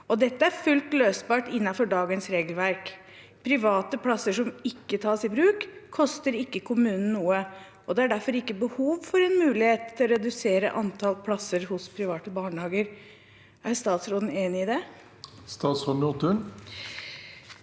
dette er fullt løsbart innenfor dagens regelverk. Private plasser som ikke tas i bruk, koster ikke kommunen noe, og det er derfor ikke behov for en mulighet til å redusere antall plasser hos private barnehager.»